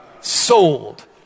sold